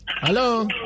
Hello